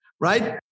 right